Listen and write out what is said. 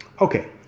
Okay